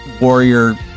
warrior